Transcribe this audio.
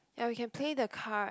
yea we can play the card